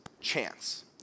chance